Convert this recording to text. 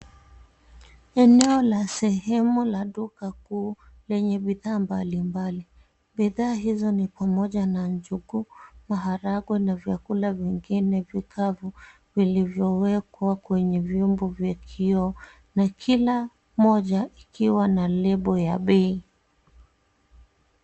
Eneo la sehemu la duka kuu lenye bidhaa mbalimbali. Bidhaa hizo ni pamoja na njugu, maharagwe na vyakula vingine vikavu vilivyowekwa kwenye vyombo vya kioo na kila moja ikiwa na lebo ya bei.